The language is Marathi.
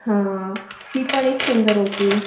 हां ती पण एक सुंदर होती